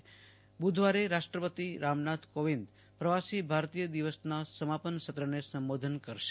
આ બધુવારે રાષ્ટ્રપતિ રામનાથ કોવિંદે પ્રવાસી ભારતીય દિવસના સમાપન સત્રને સંબોધન કરશે